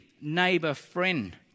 neighbor-friend